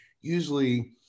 Usually